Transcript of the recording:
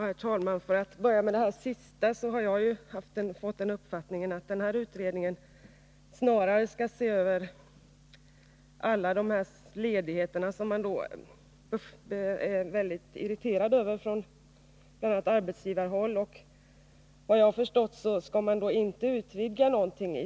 Herr talman! För att börja med den sista delen av statsrådets inlägg så har jag fått den uppfattningen att nämnda utredning snarare skall se över alla de här ledigheterna som man är mycket irriterad över bl.a. på arbetsgivarhåll. Såvitt jag förstår skall utredningen inte utvidga någonting.